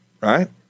Right